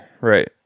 Right